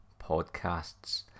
Podcasts